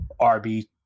RB